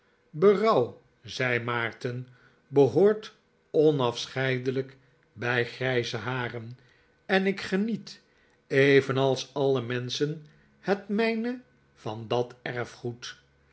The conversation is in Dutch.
zei maarten behoort onafscheidelijk bij grijze haren en ik geniet evenals alle menschen het mijne van dat